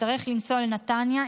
תצטרך לנסוע לנתניה.